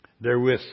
therewith